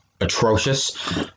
atrocious